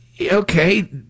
Okay